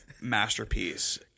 masterpiece